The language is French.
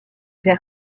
vers